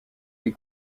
les